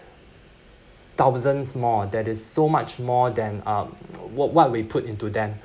thousands more that is so much more than um what what we put into them